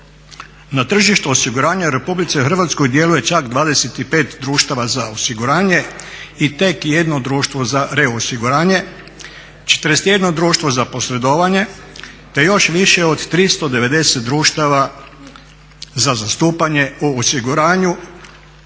Na tržištu osiguranja u Republici Hrvatskoj djeluje čak 25 društava za osiguranje i tek jedno društvo za reosiguranje, 41 društvo za posredovanje te još više od 390 društava za zastupanje u osiguranju.